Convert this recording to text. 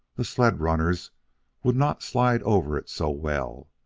the sled runners would not slide over it so well,